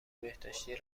بهداشتی